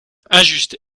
injuste